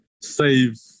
save